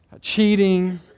cheating